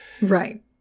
Right